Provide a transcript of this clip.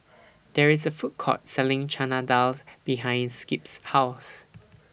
There IS A Food Court Selling Chana Dal behind Skip's House